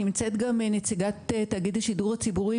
נמצאת נציגת תאגיד הציבורי,